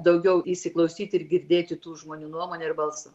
daugiau įsiklausyti ir girdėti tų žmonių nuomonę ir balsą